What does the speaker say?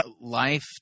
Life